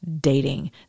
dating